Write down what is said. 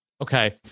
Okay